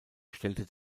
stellte